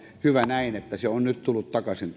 hyvä että tuo romutuspalkkio on nyt tullut takaisin